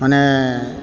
माने